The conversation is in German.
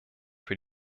für